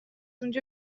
اونجا